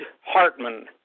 Hartman